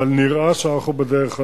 אבל נראה שאנחנו בדרך הנכונה.